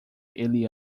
ele